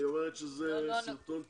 זה יותר סרטון תדמית,